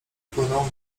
upłynął